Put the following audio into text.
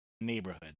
Neighborhood